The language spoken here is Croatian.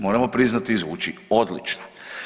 Moramo priznati zvuči odlično.